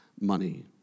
money